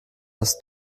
das